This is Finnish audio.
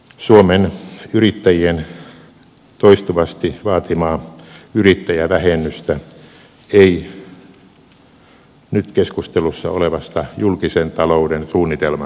suomen yrittäjien toistuvasti vaatimaa yrittäjävähennystä ei nyt keskustelussa olevasta julkisen talouden suunnitelmasta löydy